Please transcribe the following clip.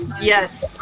Yes